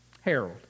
Harold